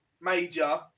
major